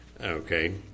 Okay